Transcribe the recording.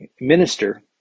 minister